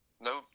no